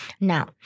Now